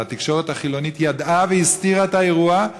אבל התקשורת החילונית ידעה והסתירה את האירוע,